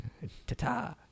Ta-ta